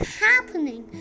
happening